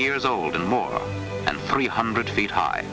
years old and more than three hundred feet high